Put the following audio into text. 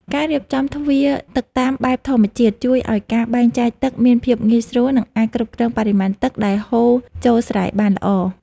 ការរៀបចំទ្វារទឹកតាមបែបធម្មជាតិជួយឱ្យការបែងចែកទឹកមានភាពងាយស្រួល និងអាចគ្រប់គ្រងបរិមាណទឹកដែលហូរចូលស្រែបានល្អ។